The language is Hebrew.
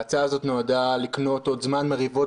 ההצעה הזאת נועדה לקנות עוד זמן מריבות